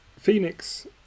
phoenix